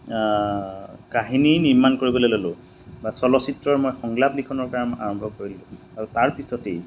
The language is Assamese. কাহিনী নিৰ্মাণ কৰিবলৈ ল'লোঁ বা চলচ্চিত্ৰৰ মই সংলাপ লিখনৰ কাম আৰম্ভ কৰিলোঁ আৰু তাৰপিছতেই